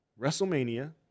WrestleMania